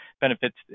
benefits